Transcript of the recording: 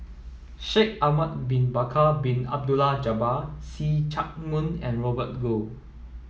Shaikh Ahmad Bin Bakar Bin Abdullah Jabbar See Chak Mun and Robert Goh